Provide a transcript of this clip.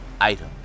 item